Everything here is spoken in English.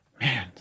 man